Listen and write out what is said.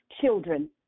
children